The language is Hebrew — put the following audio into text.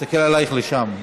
אני מסתכל עלייך שם.